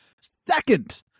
second